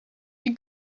you